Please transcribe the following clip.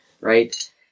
right